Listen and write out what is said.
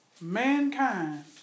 mankind